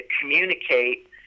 communicate